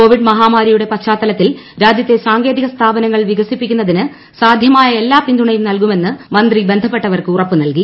Covid മഹാമാരിയുടെ പശ്ചാത്തലത്തിൽ രാജ്യത്തെ സാങ്കേതിക സ്ഥാപനങ്ങൾ വികസിപ്പിക്കുന്നതിന് സാധ്യമായ എല്ലാ പിന്തുണയും നൽകുമെന്ന് മന്ത്രി ബന്ധപ്പെട്ടവർക്ക് ഉറപ്പ് നൽകി